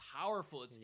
powerful